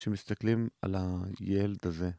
כשמסתכלים על הילד הזה.